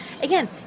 again